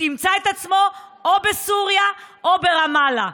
ימצא את עצמו או בסוריה או ברמאללה.